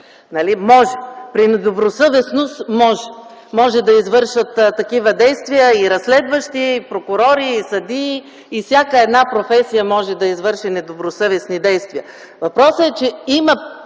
При недобросъвестност, могат да извършват такива действия и разследващи, и прокурори, и съдии, и всяка една професия може да извърши недобросъвестни действия.